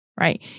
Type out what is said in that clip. right